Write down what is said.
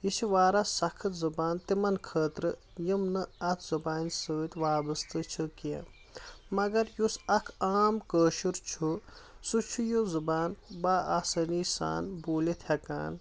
یہِ چھِ واریاہ سخت زبان تِمن خٲطرٕ یِم نہٕ اتھ زُبانہِ سۭتۍ وابسطہِ چھِ کینٛہہ مگر یُس اکھ عام کٲشُر چھُ سُہ چھُ یہِ زُبان با آسٲنی سان بولِتھ ہیٚکان